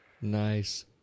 Nice